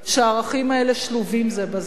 כשהערכים האלה שלובים זה בזה.